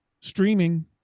streaming